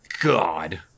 God